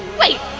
wait!